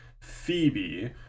Phoebe